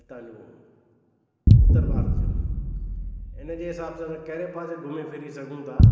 हितां जो उत्तर भारत जो इन जे हिसाब सां असां कहिड़े पासे घुमी फिरी सघूं था